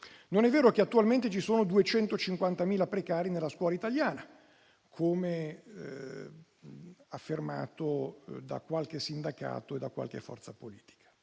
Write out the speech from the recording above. Non è vero che attualmente ci sono 250.000 precari nella scuola italiana, come affermato da qualche sindacato e da qualche forza politica.